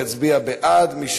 מי